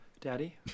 daddy